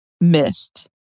missed